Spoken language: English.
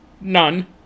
None